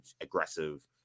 aggressive